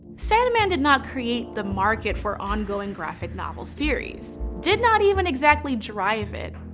sandman did not create the market for ongoing graphic-novel series, did not even exactly drive it,